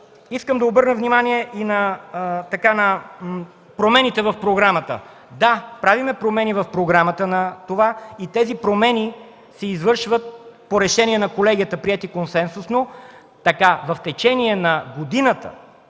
Искам да обърна внимание и на промените в програмата. Да, правим промени в програмата и те се извършват по решение на колегията, приети консенсусно. Така в течение на годината,